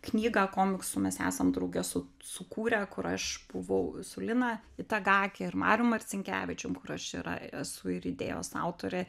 knygą komiksų mes esam drauge su sukūrę kur aš buvau su lina itagaki ir marium marcinkevičium kur aš ir esu ir idėjos autorė